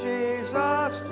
Jesus